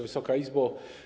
Wysoka Izbo!